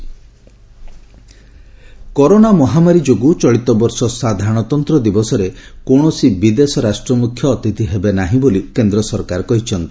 Covid republic day corona ମହାମାରୀ ଯୋଗୁଁ ଚଳିତବର୍ଷ ସାଧାରଣତନ୍ତ୍ର ଦିବସରେ କୌଣସି ବିଦେଶ ରାଷ୍ଟ୍ରମୁଖ୍ୟ ଅତିଥି ହେବେ ନାହିଁ ବୋଲି କେନ୍ଦ୍ର ସରକାର କହିଛନ୍ତି